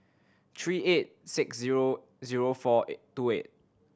three eight six zero zero four eight two eight